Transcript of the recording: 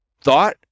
thought